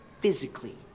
physically